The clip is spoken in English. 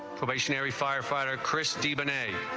stationary firefighter chris stephen a